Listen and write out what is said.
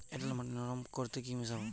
এঁটেল মাটি নরম করতে কি মিশাব?